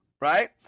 right